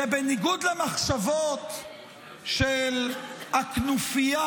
כי בניגוד למחשבות של הכנופיה,